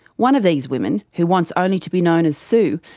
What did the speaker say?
one of these women, who wants only to be known as sue,